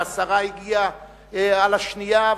והשרה הגיעה על-השנייה,